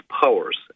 powers